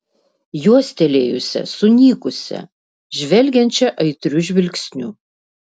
juostelėjusią sunykusią žvelgiančią aitriu žvilgsniu